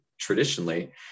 traditionally